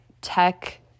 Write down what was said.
tech